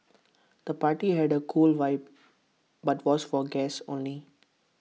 the party had A cool vibe but was for guests only